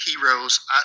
heroes